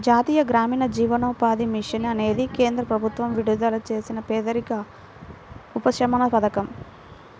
జాతీయ గ్రామీణ జీవనోపాధి మిషన్ అనేది కేంద్ర ప్రభుత్వం విడుదల చేసిన పేదరిక ఉపశమన పథకం